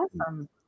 awesome